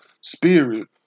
spirit